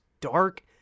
dark